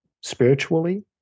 spiritually